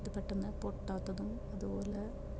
ഇത് പെട്ടന്ന് പൊട്ടാത്തതും അതുപോലെ